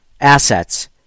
assets